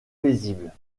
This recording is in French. paisible